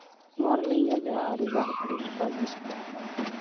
ᱱᱚᱣᱟ ᱨᱮᱞᱤᱧ ᱧᱮᱞᱮᱫᱼᱟ ᱟᱹᱰᱤᱜᱟᱱ ᱟᱹᱰᱤ ᱱᱟᱯᱟᱭ ᱡᱤᱱᱤᱥ ᱢᱮᱱᱟᱜ ᱠᱟᱜᱼᱟ